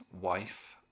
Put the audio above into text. wife